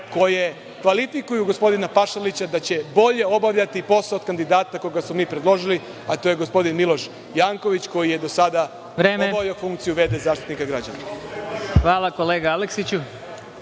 koje kvalifikuju gospodina Pašalića da će bolje obaljati posao od kandidata koga smo mi predložili, a to je gospodin Miloš Janković, koji je do sada obavljao funkciju V.D. Zaštitnika građana. **Vladimir Marinković**